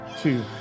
two